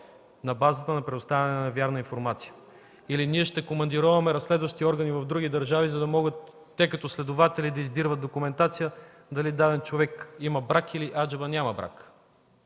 на базата на представяне на невярна информация? Или ние ще командироваме разследващи органи в други държави, за да могат те като следователи да издирват документация дали даден човек има брак или аджеба няма брак?